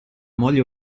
moglie